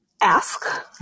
ask